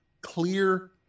clear